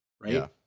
right